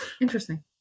interesting